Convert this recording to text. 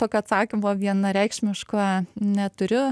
tokio atsakymo vienareikšmiško neturiu